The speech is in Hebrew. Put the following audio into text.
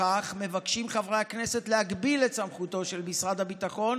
בכך מבקשים חברי הכנסת להגביל את סמכותו של משרד הביטחון